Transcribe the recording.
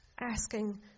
Asking